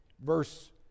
verse